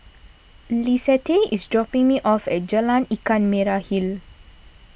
Lissette is dropping me off at Jalan Ikan Merah Hill